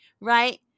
right